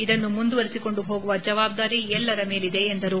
ಇದನ್ನು ಮುಂದುವರೆಸಿಕೊಂಡು ಹೋಗುವ ಜವಾಬ್ದಾರಿ ಎಲ್ಲರ ಮೇಲೂ ಇದೆ ಎಂದರು